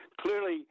Clearly